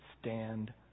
stand